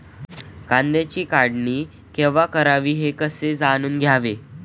कांद्याची काढणी केव्हा करावी हे कसे जाणून घ्यावे?